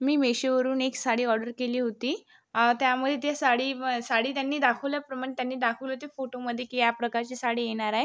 मी मेशोवरून एक साडी ऑर्डर केली होती त्यामुळे ते साडी साडी त्यांनी दाखवल्याप्रमाणे त्यांनी दाखवले ते फोटोमधे की ते याप्रकारची साडी येणार आहे